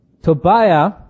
Tobiah